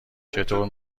چطور